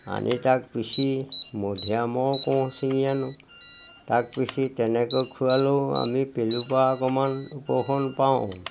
আনি তাক পিছি মধুৰী আমৰ কোঁহ চিঙি আনো তাক পিচি তেনেকৈ খোৱালেও আমি পেলুৰপৰা অকণমান উপশম পাওঁ